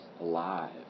alive